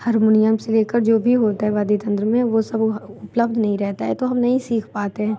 harmonium से ले कर जो भी होता है वाद्य तंत्र में वो सब उपलब्ध नहीं रहता है तो हम नहीं सीख पाते हैं